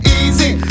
easy